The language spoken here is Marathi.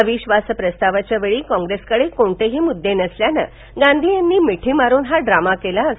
अविश्वास प्रस्तावाच्यावेळी काँप्रेसकड कोणतेही मुद्दे नसल्यानं गांधी यांनी मिठी मारुन हा ड्रामा केला आहे